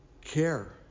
care